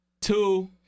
Two